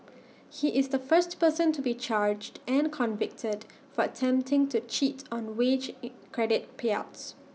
he is the first person to be charged and convicted for attempting to cheat on wage credit payouts